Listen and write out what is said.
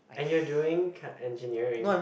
and you doing Cad engineering